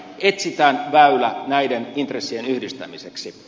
etsitään väylä näiden intressien yhdistämiseksi